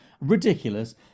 ridiculous